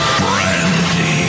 brandy